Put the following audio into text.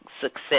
success